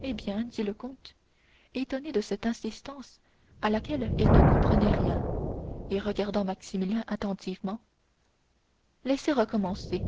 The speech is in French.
eh bien dit le comte étonné de cette insistance à laquelle il ne comprenait rien et regardant maximilien attentivement laissez recommencer